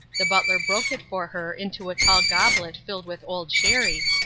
the butler broke it for her into a tall goblet filled with old sherry,